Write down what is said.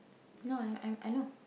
no I'm I I know